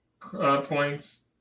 points